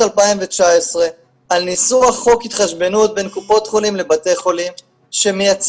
2019 על ניסוח חוק התחשבנות בין קופות חולים לבתי חולים שמייצר